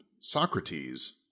Socrates